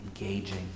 engaging